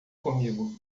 comigo